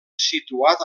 situat